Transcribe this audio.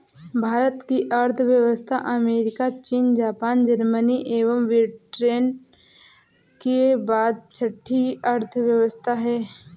भारत की अर्थव्यवस्था अमेरिका, चीन, जापान, जर्मनी एवं ब्रिटेन के बाद छठी अर्थव्यवस्था है